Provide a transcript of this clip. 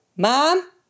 Mom